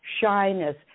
shyness